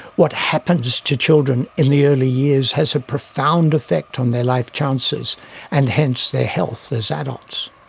what happens to children in the early years has a profound effect on their life chances and hence their health as adults.